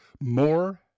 More